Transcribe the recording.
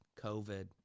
COVID